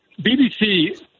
BBC